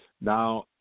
now